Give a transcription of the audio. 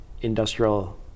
industrial